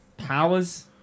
Powers